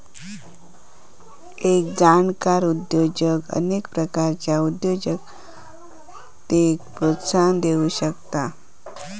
एक जाणकार उद्योजक अनेक प्रकारच्या उद्योजकतेक प्रोत्साहन देउ शकता